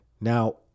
Now